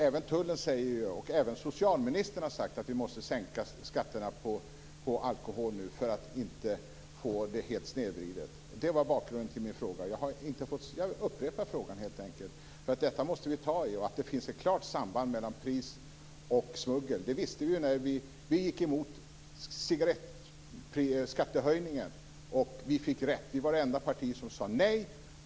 Även tullen säger, och socialministern har sagt det, att vi måste sänka alkoholskatterna nu för att inte få det helt snedvridet. Det var bakgrunden till min fråga. Jag upprepar min fråga helt enkelt, för detta måste vi ta itu med. Det finns ett klart samband mellan pris och smuggel. Det visste vi när vi gick emot cigarettskattehöjningen. Vi fick rätt. Vi var det enda parti som sade nej.